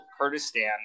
Kurdistan